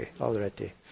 already